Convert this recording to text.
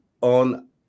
on